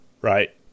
Right